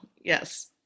yes